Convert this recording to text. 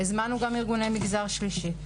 הזמנו גם ארגוני מגזר שלישי,